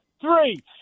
Three